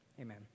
Amen